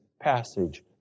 passage